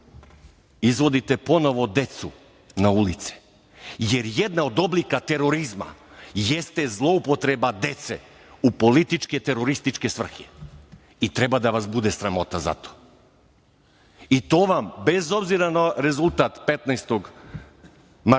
izvode ponovo decu na ulice, jer jedan od oblika terorizma jeste zloupotreba dece u političke terorističke svrhe. Treba da vas bude sramota za to. To vam, bez obzira na rezultat 15. marta,